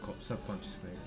subconsciously